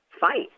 fight